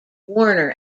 warner